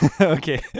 Okay